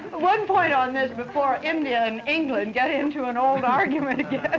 one point on this before india and england get into an old argument again